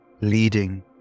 leading